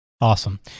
Awesome